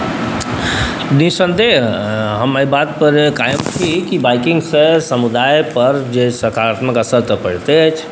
निस्सन्देह हम एहि बातपर कायम छी कि बाइकिङ्गसँ समुदायपर जे सकारात्मक असरि तऽ पड़िते अछि